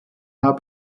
gmbh